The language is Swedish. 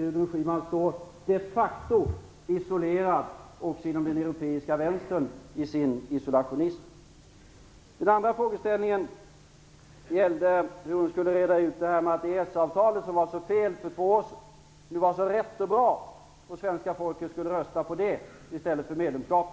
Gudrun Schyman står de facto isolerad också inom den europeiska vänstern i sin isolationism. Den andra frågeställningen gällde hur hon skulle reda ut detta med EES-avtalet som var så fel för två år sedan och som nu var så rätt och bra att svenska folket skulle rösta för detta i stället för medlemskapet.